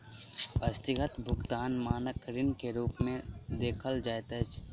अस्थगित भुगतानक मानक ऋण के रूप में देखल जाइत अछि